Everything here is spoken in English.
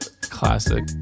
Classic